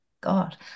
God